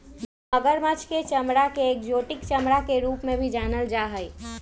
मगरमच्छ के चमडड़ा के एक्जोटिक चमड़ा के रूप में भी जानल जा हई